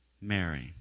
Mary